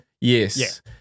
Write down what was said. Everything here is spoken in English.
Yes